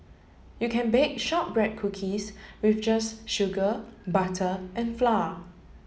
you can bake shortbread cookies with just sugar butter and flour